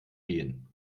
gehen